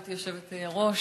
גברתי היושבת-ראש,